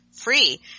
free